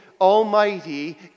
almighty